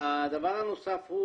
הדבר הנוסף,